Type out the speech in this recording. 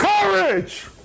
Courage